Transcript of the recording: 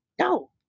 no